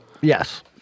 Yes